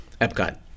Epcot